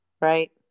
right